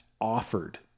offered